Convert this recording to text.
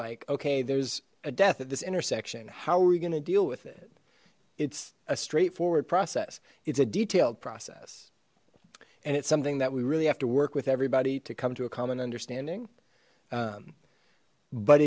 like okay there's a death at this intersection how are we going to deal with it it's a straightforward process it's a detailed process and it's something that we really have to work with everybody to come to a common understanding